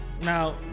now